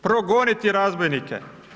Progoniti razbojnike.